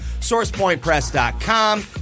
sourcepointpress.com